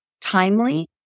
timely